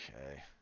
Okay